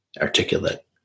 articulate